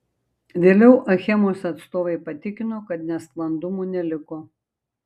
vėliau achemos atstovai patikino kad nesklandumų neliko